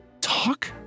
talk